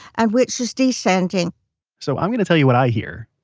and which is descending so, i'm going to tell you what i hear.